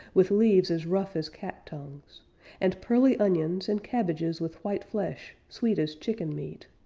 with leaves as rough as cat tongues and pearly onions, and cabbages with white flesh, sweet as chicken meat.